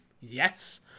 Yes